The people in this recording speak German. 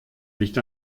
nicht